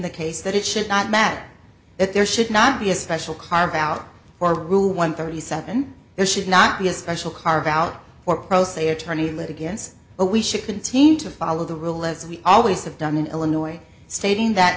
the case that it should not matter that there should not be a special carve out or rule one thirty seven there should not be a special carve out for pro se attorney laid against but we should continue to follow the rule as we always have done in illinois stating that